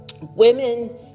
women